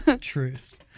truth